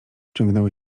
ciągnęły